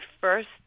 first